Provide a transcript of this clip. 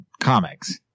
comics